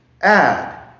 add